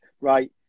right